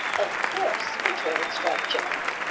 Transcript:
of course, retorted striped chipmunk.